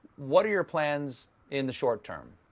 what are your plans in the short term?